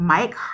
Mike